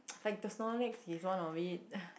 like the Snorlax he's one of it